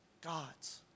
God's